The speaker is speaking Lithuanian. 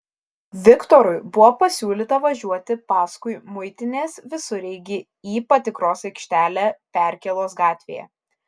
viktorui buvo pasiūlyta važiuoti paskui muitinės visureigį į patikros aikštelę perkėlos gatvėje